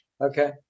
Okay